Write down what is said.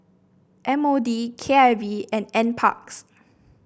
M O D K I V and NParks